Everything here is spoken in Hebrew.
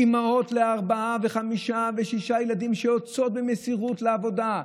אימהות לארבעה ולחמישה ולשישה ילדים שיוצאות במסירות לעבודה,